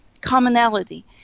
Commonality